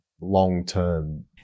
long-term